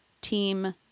team